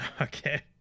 Okay